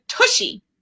Tushy